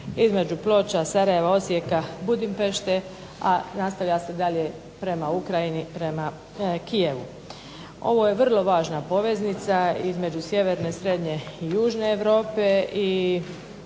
između Ploča – Sarajeva –Osijeka – Budimpešte, a nastavlja se dalje prema Ukrajini, prema Kijevu. Ovo je vrlo važna poveznica između sjeverne, srednje i južne Europe